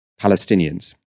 Palestinians